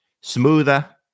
Smoother